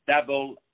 Double